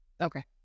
Okay